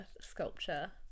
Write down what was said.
Sculpture